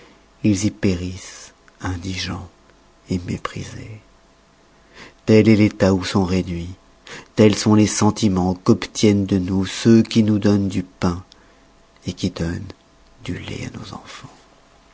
périssent indigens méprisés tel est l'état où sont réduits tels sont les sentimens qu'obtiennent de nous ceux qui nous donnent du pain qui donnent du lait à nos enfans